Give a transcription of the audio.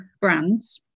brands